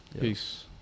Peace